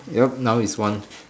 yup now is one